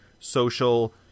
social